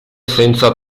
senza